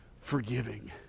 forgiving